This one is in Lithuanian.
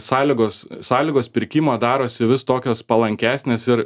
sąlygos sąlygos pirkimo darosi vis tokios palankesnės ir